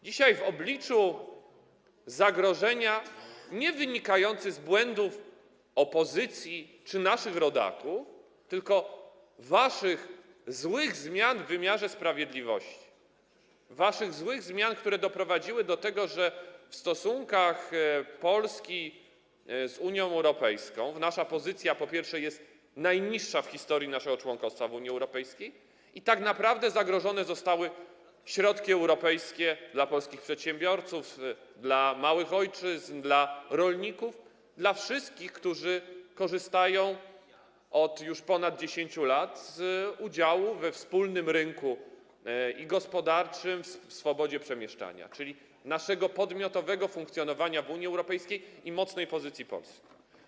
Dzisiaj stoimy w obliczu zagrożenia wynikającego nie z błędów opozycji czy naszych rodaków, tylko z waszych złych zmian w wymiarze sprawiedliwości, waszych złych zmian, które doprowadziły do tego, że w stosunkach Polski z Unią Europejską nasza pozycja jest najniższa w historii naszego członkostwa w Unii Europejskiej i tak naprawdę zagrożone zostały środki europejskie dla polskich przedsiębiorców, dla małych ojczyzn, dla rolników, dla wszystkich, którzy od ponad 10 lat korzystają z udziału we wspólnym rynku i rynku gospodarczym, ze swobody przemieszczania się, czyli z naszego podmiotowego funkcjonowania w Unii Europejskiej i mocnej pozycji Polski.